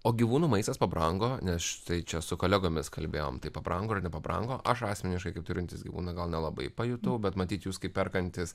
o gyvūnų maistas pabrango ne štai čia su kolegomis kalbėjome taip pabrango ir nepabrango aš asmeniškai kaip turintys gyvūną gal nelabai pajutau bet matyt jūs kaip perkantys